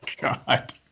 God